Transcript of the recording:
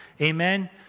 Amen